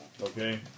Okay